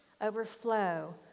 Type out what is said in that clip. overflow